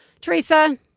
Teresa